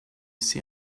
see